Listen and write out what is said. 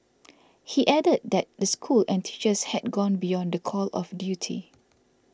he added that the school and teachers had gone beyond the call of duty